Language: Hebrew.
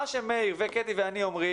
מה שמאיר כהן, קטי שטרית ואני אומרים